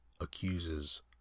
Accuses